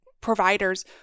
providers